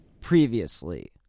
Previously